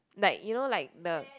like you know like the